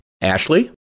Ashley